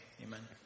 Amen